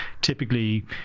typically